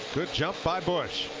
good job by busch.